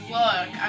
look